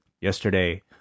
yesterday